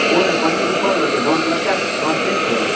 ओ नहि पन्नी ऊपरमे रहतै बाँस लटका कऽ बाँस टाङ्गि कऽ